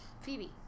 Phoebe